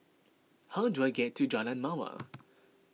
how do I get to Jalan Mawar